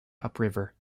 upriver